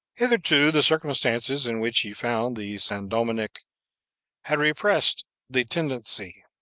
hitherto, the circumstances in which he found the san dominick had repressed the tendency.